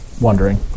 wondering